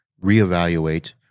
reevaluate